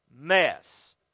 mess